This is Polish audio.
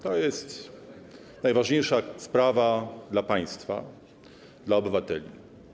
To jest najważniejsza sprawa dla państwa, dla obywateli.